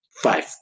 Five